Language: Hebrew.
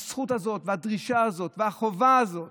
הזכות הזאת והדרישה הזאת והחובה הזאת